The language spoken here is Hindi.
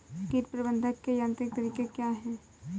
कीट प्रबंधक के यांत्रिक तरीके क्या हैं?